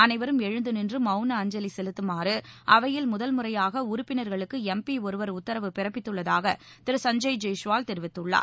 அனைவரும் எழுந்து நின்று மௌன அஞ்சலி செலுத்துமாறு அவையில் முதல்முறையாக உறுப்பினர்களுக்கு எம்பி ஒருவர் உத்தரவு பிறப்பித்துள்ளதாக திரு சஞ்சய் ஜெய்ஷ்ஸ்வால் தெரிவித்துள்ளார்